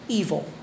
evil